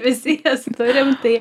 visi jas turim tai